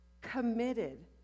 committed